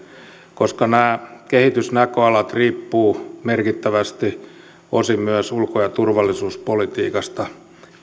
koska nämä kehitysnäköalat riippuvat merkittävästi osin myös ulko ja turvallisuuspolitiikasta